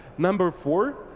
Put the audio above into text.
number four,